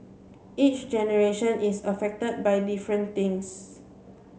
each generation is affected by different things